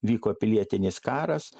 vyko pilietinis karas